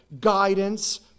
guidance